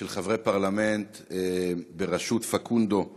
של חברי פרלמנט בראשות פקונדו מויאנו,